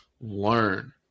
learn